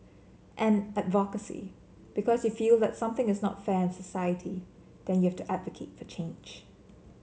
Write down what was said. and advocacy because you feel that something is not fair in society then you have to advocate for change